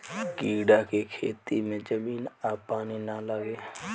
कीड़ा के खेती में जमीन आ पानी ना लागे